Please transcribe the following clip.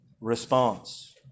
response